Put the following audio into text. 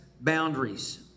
boundaries